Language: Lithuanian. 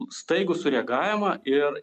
staigų sureagavimą ir